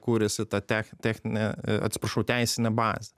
kuriasi tą tech techninę atsiprašau teisinę baz